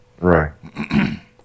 right